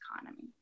economy